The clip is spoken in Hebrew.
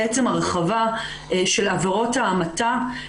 הרחבה של עבירות ההמתה,